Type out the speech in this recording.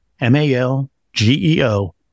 M-A-L-G-E-O